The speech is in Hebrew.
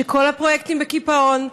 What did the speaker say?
שכל הפרויקטים בקיפאון,